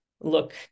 look